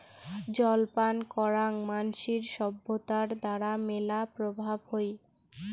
জল পান করাং মানসির সভ্যতার দ্বারা মেলা প্রভাব হই